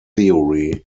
theory